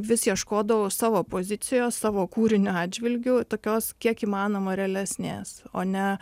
vis ieškodavau savo pozicijos savo kūrinio atžvilgiu tokios kiek įmanoma realesnės o ne